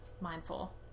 mindful